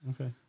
Okay